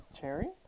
Cherry